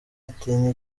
atinya